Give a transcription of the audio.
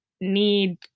need